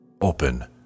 Open